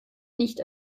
nicht